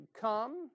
come